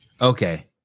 okay